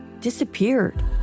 disappeared